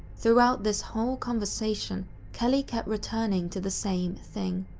throughout this whole conversation, kelly kept returning to the same thing,